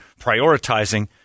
prioritizing